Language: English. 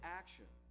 action